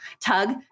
tug